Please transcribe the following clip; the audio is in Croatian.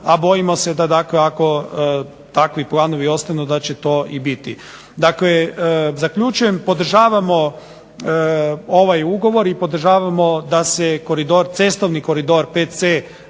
a bojimo se da ako takvi planovi ostanu da će to i biti. Dakle, zaključujem, podržavamo ovaj Ugovor i podržavamo da se cestovni koridor 5c